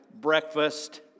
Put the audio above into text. breakfast